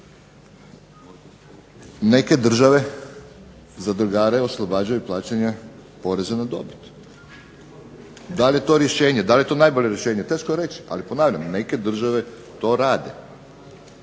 Neke države zadrugare oslobađaju plaćanja poreza na dobit. Da li je to rješenje, da li je to najbolje rješenje? Teško je reći, ali ponavljam, neke države to rade.